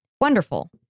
wonderful